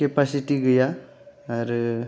capacity गैया आरो